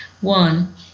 One